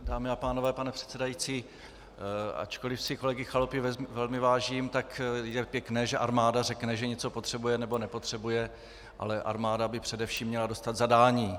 Dámy a pánové, pane předsedající, ačkoliv si kolegy Chalupy velmi vážím, tak je pěkné, že armáda řekne, že něco potřebuje, nebo nepotřebuje, ale armáda by především měla dostat zadání.